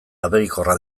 abegikorrak